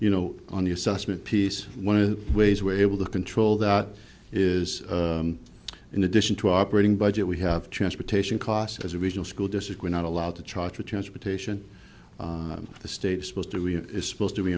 you know on the assessment piece one of the ways we're able to control that is in addition to operating budget we have transportation costs as a regional school district we're not allowed to charter transportation the state supposed to we're supposed to